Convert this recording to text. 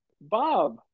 Bob